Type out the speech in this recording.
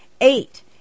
Eight